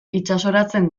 itsasoratzen